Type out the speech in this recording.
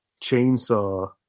chainsaw